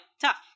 tough